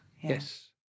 yes